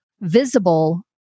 visible